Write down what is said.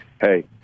hey